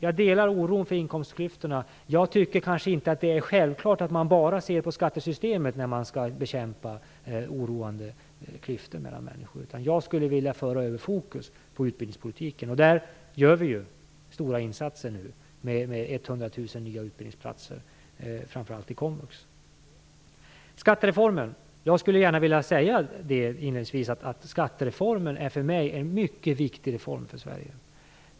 Jag delar oron över inkomstklyftorna, men jag tycker kanske inte att det är självklart att man bara ser på skattesystemet när man skall bekämpa oroande klyftor mellan människor. Jag skulle vilja föra över fokus på utbildningspolitiken. Där gör vi stora insatser nu med 100 000 nya utbildningsplatser, framför allt i komvux. När det gäller skattereformen skulle jag gärna inledningsvis vilja säga att skattereformen för mig är en mycket viktig reform för Sverige.